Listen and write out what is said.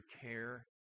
care